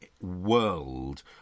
world